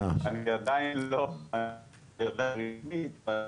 עדיין לא עם קורונה.